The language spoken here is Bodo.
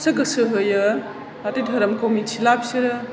सो गोसो होयो नाथाय धोरोमखौ मिथिला बिसोरो